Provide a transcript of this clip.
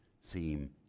seem